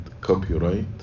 copyright